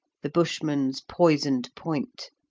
the bushman's poisoned point.